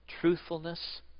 Truthfulness